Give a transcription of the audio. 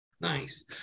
Nice